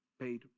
paid